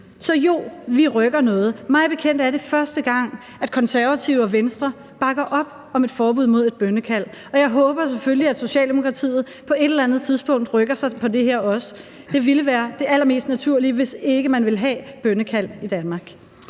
Så jo, vi rykker noget. Mig bekendt er det første gang, at Konservative og Venstre bakker op om et forbud mod bønnekald, og jeg håber selvfølgelig, at Socialdemokratiet på et eller andet tidspunkt rykker sig på det her også. Det ville være det allermest naturlige, hvis ikke man vil have bønnekald i Danmark.